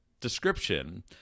description